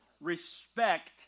respect